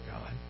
God